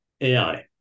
AI